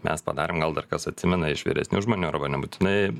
mes padarėm gal dar kas atsimena iš vyresnių žmonių arba nebūtinai